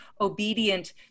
obedient